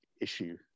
issue